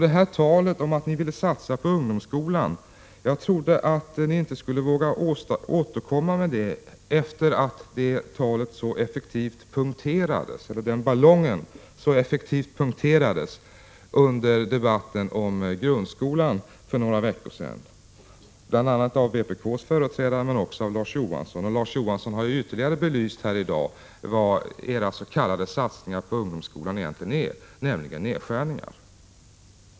Efter att ballongen så effektivt punkterades av vpk:s företrädare och Larz Johansson för några veckor sedan under debatten om grundskolan, trodde jag inte att ni skulle våga återkomma med talet om att ni ville satsa på ungdomsskolan. Larz Johansson har i dag ytterligare belyst vad era s.k. satsningar på ungdomsskolan egentligen innebär, nämligen nedskärningar.